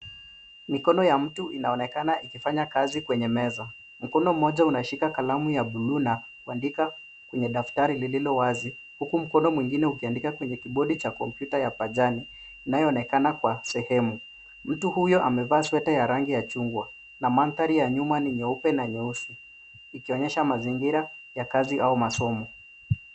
Mikono ya mtu inaonekana ikifanya kazi kwenye meza. Mkono mmoja unashika kalamu ya blue na kuandika kwenye daftari lililowazi uku mkono mwingine ukiandika kwenye kibodi cha kompyuta ya pajani inayoonekana kwa sehemu. Mtu huyo amevaa sweta ya rangi ya chungwa na madhari ya nyuma ni nyeupe na nyeusi ikionyesha mazingira ya kazi au masomo.